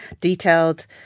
detailed